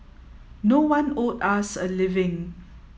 no one owed us a living